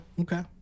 okay